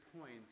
point